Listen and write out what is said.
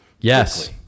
Yes